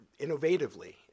innovatively